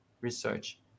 research